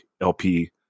LP